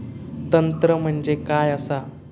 तंत्र म्हणजे काय असा?